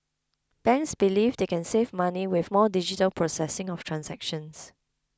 banks believe they can save money with more digital processing of transactions